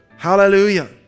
Hallelujah